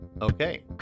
Okay